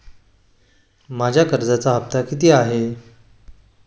माझा कर्जाचा हफ्ता किती आहे?